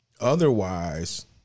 otherwise